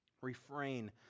Refrain